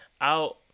out